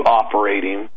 operating